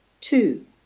Two